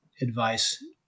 advice